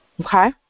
Okay